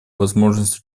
возможность